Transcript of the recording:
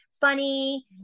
funny